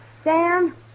Sam